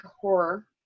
horror